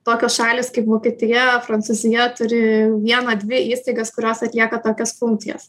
tokios šalys kaip vokietija prancūzija turi vieną dvi įstaigas kurios atlieka tokias funkcijas